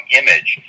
image